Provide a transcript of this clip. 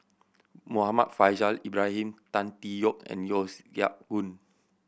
Muhammad Faishal Ibrahim Tan Tee Yoke and Yeo Siak Goon